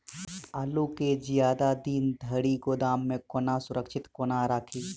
आलु केँ जियादा दिन धरि गोदाम मे कोना सुरक्षित कोना राखि?